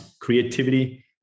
creativity